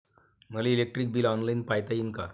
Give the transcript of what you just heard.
मले electric bill online पायता येईन का?